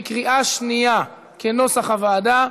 בקריאה שנייה, כנוסח הוועדה.